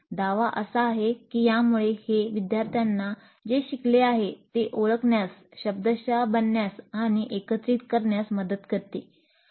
दावा असा आहे की यामुळे हे विद्यार्थ्यांना जे शिकले आहे ते ओळखण्यास शब्दशः बनण्यास आणि एकत्रित करण्यास मदत करते